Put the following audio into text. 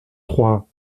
trois